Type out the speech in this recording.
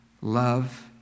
love